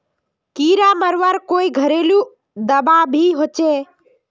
कीड़ा मरवार कोई घरेलू दाबा भी होचए?